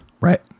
Right